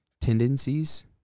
tendencies